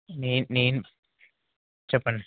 నే నేను చెప్పండి